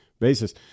basis